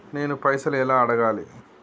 నేను పైసలు ఎలా అడగాలి?